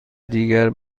دیگری